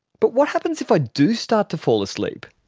but what happens if i do start to fall asleep?